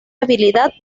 habilidad